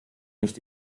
nicht